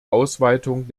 ausweitung